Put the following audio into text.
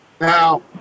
now